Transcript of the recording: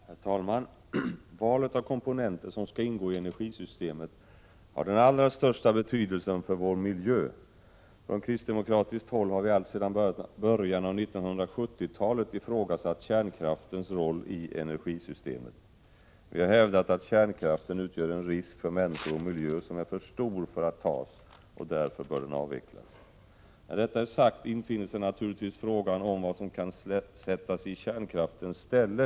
Herr talman! Valet av komponenter som skall ingå i energisystemet har den allra största betydelse för vår miljö. Från kristdemokratiskt håll har vi alltsedan början av 1970-talet ifrågasatt kärnkraftens roll i energisystemet. Vi har hävdat att kärnkraften utgör en risk för människor och miljö som är för stor för att tas och att den därför bör avvecklas. När detta är sagt infinner sig naturligtvis frågan vad som kan sättas i kärnkraftens ställe.